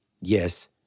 yes